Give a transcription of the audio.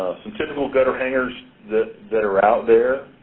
some typical gutter hangers that that are out there.